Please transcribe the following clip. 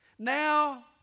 Now